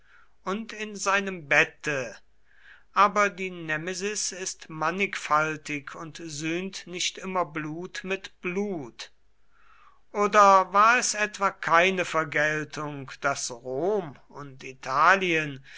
und in seinem bette aber die nemesis ist mannigfaltig und sühnt nicht immer blut mit blut oder war es etwa keine vergeltung daß rom und italien